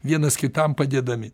vienas kitam padėdami